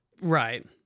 right